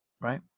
Right